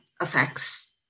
effects